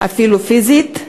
אפילו פיזית,